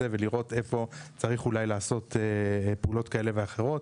ולראות איפה צריך לעשות פעולות כאלה ואחרות,